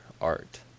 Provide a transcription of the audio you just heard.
art